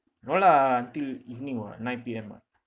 no lah until evening [what] nine P_M [what]